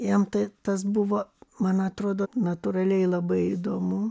jam tai tas buvo man atrodo natūraliai labai įdomu